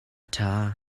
ṭha